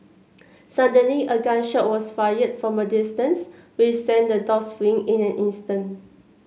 suddenly a gun shot was fired from a distance which sent the dogs fleeing in an instant